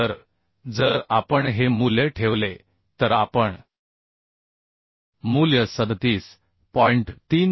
तर जर आपण हे मूल्य ठेवले तर आपण मूल्य 37